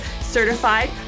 certified